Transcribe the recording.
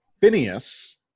Phineas